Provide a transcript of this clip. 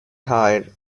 hire